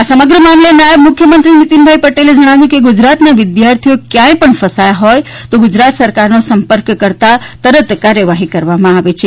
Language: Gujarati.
આ સમગ્ર મામલે નાયબ મુખ્યમંત્રી નીતિન પટેલે જણાવ્યું કે ગુજરાતના વિદ્યાર્થીઓ કયાંય પણ ફસાયા હોય તે ગુજરાત સરકારનો સંપર્ક કરતા તરત કાર્યવાહી કરવામાં આવે છે